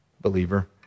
believer